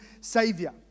saviour